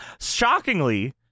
shockingly